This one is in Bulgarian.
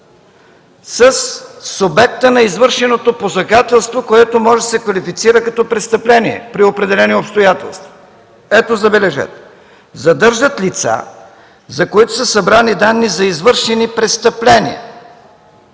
със субекта на извършеното посегателство, което може да се квалифицира като престъпление при определени обстоятелства. Ето, забележете: „задържат лица, за които са събрани данни за извършени престъпления”.